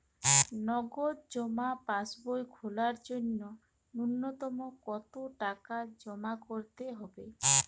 নগদ জমা পাসবই খোলার জন্য নূন্যতম কতো টাকা জমা করতে হবে?